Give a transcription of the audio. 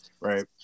right